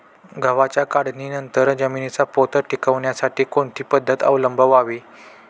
गव्हाच्या काढणीनंतर जमिनीचा पोत टिकवण्यासाठी कोणती पद्धत अवलंबवावी?